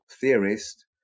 theorist